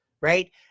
right